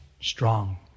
strong